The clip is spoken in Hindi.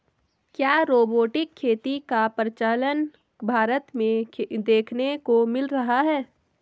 क्या रोबोटिक खेती का प्रचलन भारत में देखने को मिल रहा है?